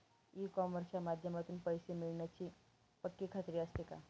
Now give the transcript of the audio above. E कॉमर्सच्या माध्यमातून पैसे मिळण्याची पक्की खात्री असते का?